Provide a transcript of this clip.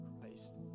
Christ